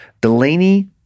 Delaney